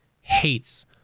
hates